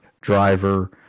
driver